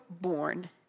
born